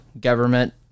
government